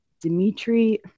Dimitri